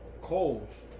coals